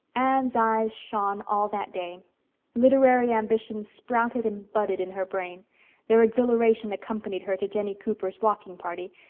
anne's eyes shone all that day literary ambitions sprouted and budded in her brain their exhilaration accompanied her to jennie cooper's walking party,